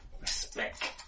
Respect